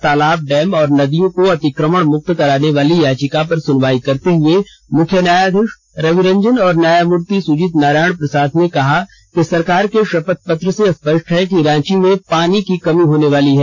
तालाब डैम और नदियों को अतिक्रमण मुक्त कराने वाली याचिका पर सुनवाई करते हुए मुख्य न्यायाधीश रवि रंजन और न्यायमूर्ति सुजीत नारायण प्रसाद ने कहा कि सरकार के शपथ पत्र से स्पष्ट है कि रांची में पानी की कमी होने वाली है